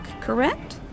correct